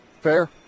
Fair